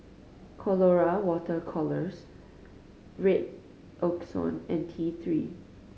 Colora Water Colours Redoxon and T Three